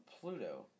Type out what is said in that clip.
Pluto